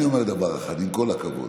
אני אומר דבר אחד: עם כל הכבוד,